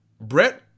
Brett